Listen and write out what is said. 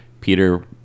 Peter